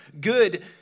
good